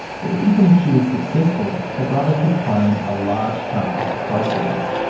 but even if she was successful, her brother could claim a large chunk of the proceeds,